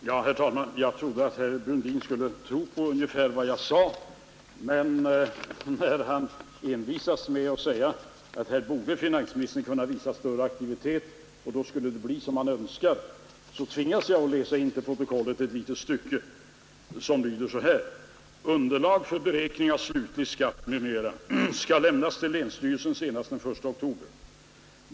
Herr talman! Jag trodde att herr Brundin skulle tro på ungefär vad jag sade. Men när herr Brundin envisas med att säga att här borde finansministern kunna visa större aktivitet, och då skulle det bli som han önskar, så tvingas jag att i protokollet läsa in ett stycke som lyder så här: ”Underlag för beräkning av slutlig skatt m.m. skall lämnas till länsstyrelsen senast den I oktober.